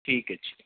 ਠੀਕ ਹੈ ਜੀ